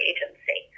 Agency